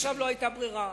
עכשיו לא היתה ברירה.